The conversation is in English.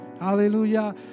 Hallelujah